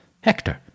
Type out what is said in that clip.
Hector